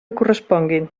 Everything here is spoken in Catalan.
corresponguin